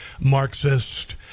Marxist